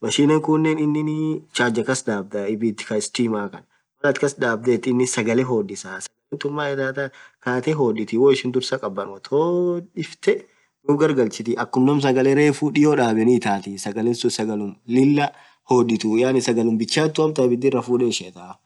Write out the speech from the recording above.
machine khunen inin charger kasdhabdha ibidhii Kaa sitimaa Khan Mal atin kas dhabdhetu inin sagale hodhisaa sagale tunn maan itanan khatee hodhitii woo ishin dhursaa khabanothu hoodhifteee dhub garghalchit akhum ñaam sagale reffu dhiyo dhabenni itathii sagalen suun Lilah hodhithu yaani sagalum bichathu amtan ibidhira fudhen ishetha